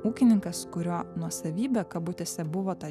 ūkininkas kurio nuosavybė kabutėse buvo ta